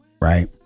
right